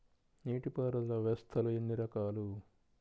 నీటిపారుదల వ్యవస్థలు ఎన్ని రకాలు?